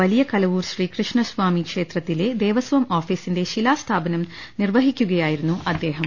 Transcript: വലിയ കലവൂർ ശ്രീകൃഷ്ണസ്വാമി ക്ഷേ ത്രത്തിലെ ദേവസ്വം ഓഫീസിന്റെ ശിലാസ്ഥാപനം നിർവ്വഹിക്കു കയായിരുന്നു അദ്ദേഹം